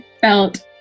felt